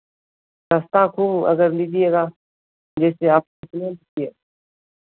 सस्ता खूब अगर लीजिएगा जैसे आप कितने में चाहिए